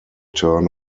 turn